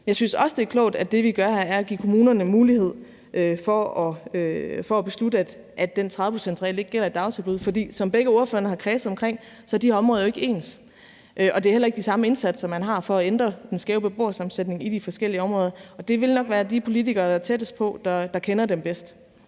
Jeg synes også, det er klogt, at det, vi gør her, er at give kommunerne mulighed for at beslutte, at den 30-procentsregel ikke gælder i dagtilbud. For som begge ordførerne har kredset om, er de her områder jo ikke ens, og det er heller ikke de samme indsatser, man har for at ændre den skæve beboersammensætning i de forskellige områder. Og det vil nok være de politikere, der er tættest på, der kender dem bedst.